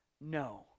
no